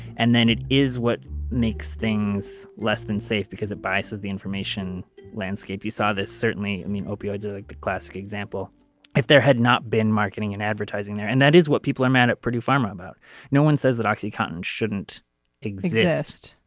and then it is what makes things less than safe because it biases the information landscape. you saw this certainly i mean opioids are like the classic example if there had not been marketing and advertising there and that is what people are mad at purdue pharma about no one says that oxycontin shouldn't exist.